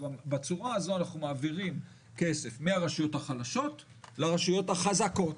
ובצורה הזאת אנחנו מעבירים כסף מהרשויות החלשות לרשויות החזקות.